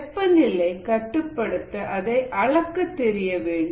வெப்பநிலை கட்டுப்படுத்த அதை அளக்க தெரியவேண்டும்